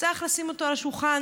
שצריך לשים אותו על השולחן,